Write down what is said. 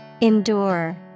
Endure